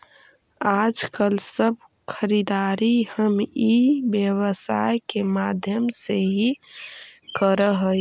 आजकल सब खरीदारी हम ई व्यवसाय के माध्यम से ही करऽ हई